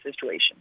situation